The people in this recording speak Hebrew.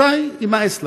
מתי יימאס לכם?